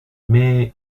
mais